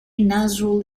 nazrul